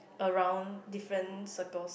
around different circles